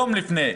יום לפני.